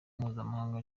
mpuzamahanga